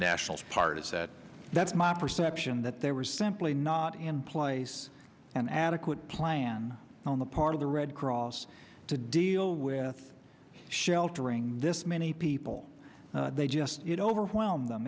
nationals part is that that's my perception that there was simply not in place an adequate plan on the part of the red cross to deal with sheltering this many people they just it overwhelm them